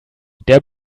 der